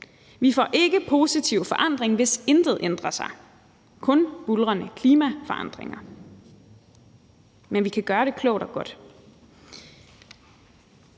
Vi får ikke positiv forandring, hvis intet ændrer sig – kun buldrende klimaforandringer. Men vi kan gøre det klogt og godt.